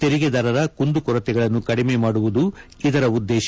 ತೆರಿಗೆದಾರರ ಕುಂದು ಕೊರತೆಗಳನ್ನು ಕಡಿಮೆ ಮಾಡುವುದು ಇದರ ಉದ್ದೇಶ